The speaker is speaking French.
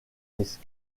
risques